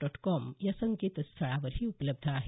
dot com या संकेतस्थळावरही उपलब्ध आहे